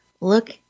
Look